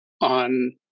on